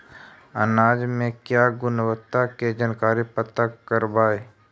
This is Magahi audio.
अनाज मे क्या गुणवत्ता के जानकारी पता करबाय?